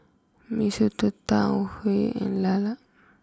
Mee Soto Tau Huay and LaLa